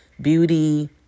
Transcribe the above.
beauty